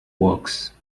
works